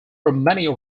armenia